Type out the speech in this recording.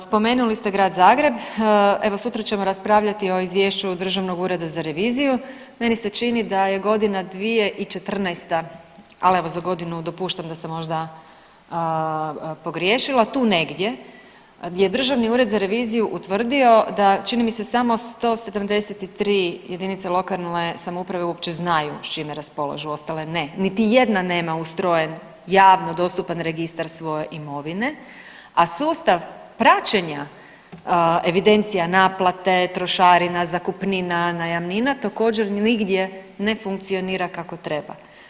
Spomenuli ste Grad Zagreb, evo sutra ćemo raspravljati o izvješću Državnog ureda za reviziju, meni se čini da je godina 2014., al evo za godinu dopuštam da sam možda pogriješila tu negdje gdje je državni ured za reviziju utvrdio da čini mi se samo 173 JLS uopće znaju s čime raspolažu, ostale ne, niti jedna nema ustrojen javno dostupan registar svoje imovine, a sustav praćenja evidencija naplate, trošarina, zakupnina, najamnina, također nigdje ne funkcionira kako treba.